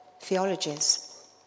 theologies